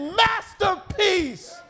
masterpiece